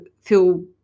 feel